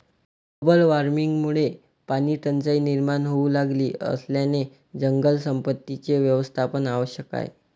global वॉर्मिंगमुळे पाणीटंचाई निर्माण होऊ लागली असल्याने जलसंपत्तीचे व्यवस्थापन आवश्यक आहे